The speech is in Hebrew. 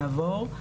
יעבור.